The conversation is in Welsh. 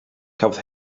cafodd